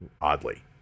oddly